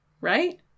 right